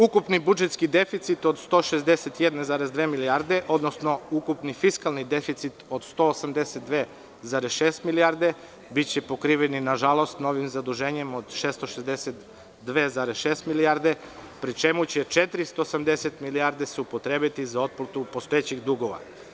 Ukupni budžetski deficit od 161,2 milijarde, odnosno ukupni fisklani deficit od 182,6 milijardi biće pokriveni, nažalost, novim zaduženjem od 662,6 milijardi, pri čemu će se 480 milijardi upotrebiti za otplatu postojećih dugova.